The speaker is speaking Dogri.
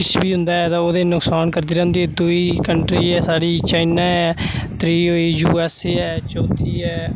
किश बी होन्दा ऐ तां ओह्दे ई नुकसान करदी रैह्ंदी दूई कंट्री ऐ चाइना ऐ त्रीऽ होई यू एस ए ऐ चौथी ऐ